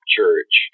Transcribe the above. Church